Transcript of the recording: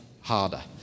harder